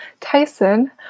tyson